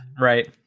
right